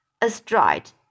astride